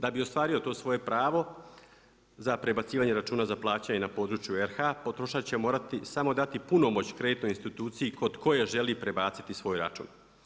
Da bi ostvario to svoje pravo za prebacivanje računa za plaćanje na području RH potrošač će morati samo dati punomoć kreditnoj instituciji kod koje želi prebaciti svoj račun.